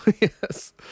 Yes